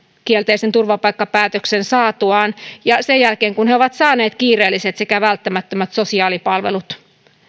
kielteisen turvapaikkapäätöksen saatuaan ja sen jälkeen kun he ovat saaneet kiireelliset sekä välttämättömät sosiaalipalvelut